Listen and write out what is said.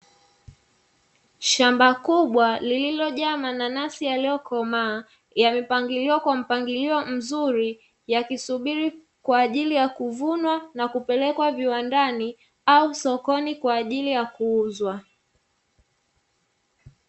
Shamba kubwa lililojaa mananasi yaliyokomaa yamepangiliwa kwa mpangilio mzuri, yakisubiri kwa ajili ya kuvunwa na kupelekwa viwandani au sokoni kwa ajili ya kuuzwa.